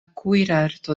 kuirarto